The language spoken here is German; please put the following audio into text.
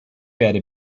werde